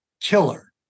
killer